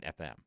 FM